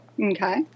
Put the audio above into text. Okay